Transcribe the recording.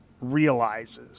realizes